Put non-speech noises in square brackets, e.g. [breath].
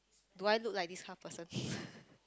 do I look like this kind of person [breath]